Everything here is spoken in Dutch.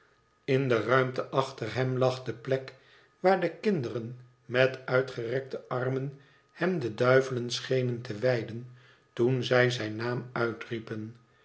in de ruimte achter hem lag de plek waar de kinderen met uitgerekte armen hem den duivelen schenen te wijden toen zij zijn naam mtriepen